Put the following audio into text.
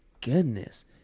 goodness